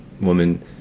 woman